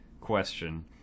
question